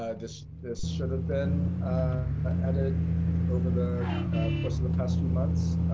ah this this should have been added over the course of the past few months.